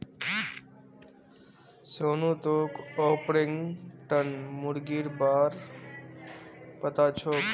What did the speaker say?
सोनू तोक ऑर्पिंगटन मुर्गीर बा र पता छोक